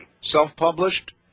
Self-published